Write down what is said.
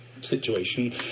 situation